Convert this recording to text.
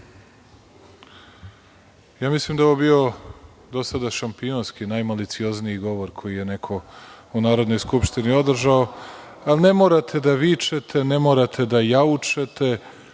mislim da je ovo bio do sada šampionski najmaliciozniji govor koji je neko u Narodnoj skupštini održao, ali ne morate da vičete, ne morate da jaučete,